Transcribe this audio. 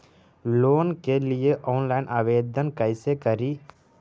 Loan के लिये online आवेदन कैसे करि?